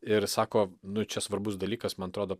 ir sako nu čia svarbus dalykas man atrodo